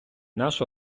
наш